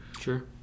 Sure